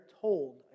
told